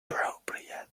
appropriate